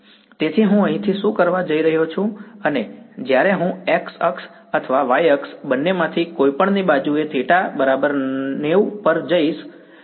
તેથી હું અહીંથી શરૂ કરવા જઈ રહ્યો છું અને જ્યારે હું x અક્ષ અથવા y અક્ષ બંને માથી કોઈ પણ ની બાજુએ θ 90 પર જઈશ તે 1 શું હશે બરાબર